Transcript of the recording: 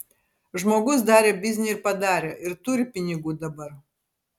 žmogus darė biznį ir padarė ir turi pinigų dabar